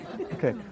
Okay